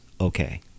okay